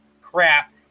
crap